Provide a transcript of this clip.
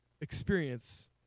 experience